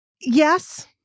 Yes